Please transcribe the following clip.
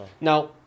Now